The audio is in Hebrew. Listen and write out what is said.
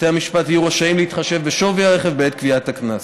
בתי המשפט יהיו רשאים להתחשב בשווי הרכב בעת קביעת הקנס.